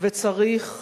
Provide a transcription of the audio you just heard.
וצריך